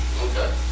Okay